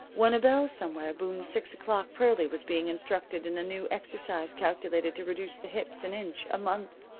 when a bell somewhere boomed six o'clock pearlie was being instructed in a new exercise calculated to reduce the hips an inch a month.